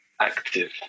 Active